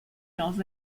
dans